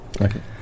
Okay